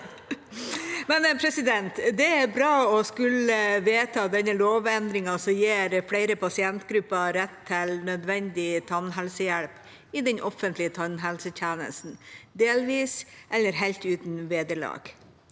i salen.) Det er bra å skulle vedta denne lovendringen, som gir flere pasientgrupper rett til nødvendig tannhelsehjelp i den offentlige tannhelsetjenesten, delvis eller helt uten vederlag.